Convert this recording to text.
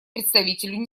представителю